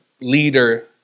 leader